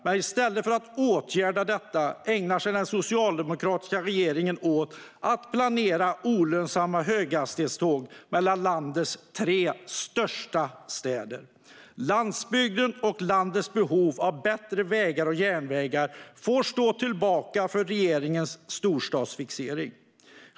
Men i stället för att åtgärda detta ägnar sig den socialdemokratiska regeringen åt att planera olönsamma höghastighetståg mellan landets tre största städer. Landsbygden och landets behov av bättre vägar och järnvägar får stå tillbaka för regeringens storstadsfixering.